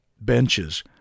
benches